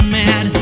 mad